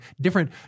different